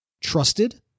trusted